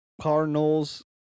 Cardinals